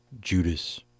Judas